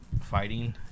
fighting